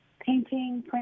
painting